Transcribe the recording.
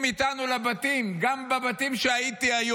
השר פרוש, אתה גם יכול לצאת.